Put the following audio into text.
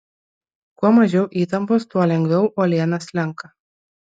kuo mažiau įtampos tuo lengviau uoliena slenka